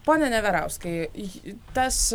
pone neverauskai tas